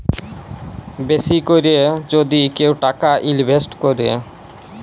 বেশি ক্যরে যদি কেউ টাকা ইলভেস্ট ক্যরে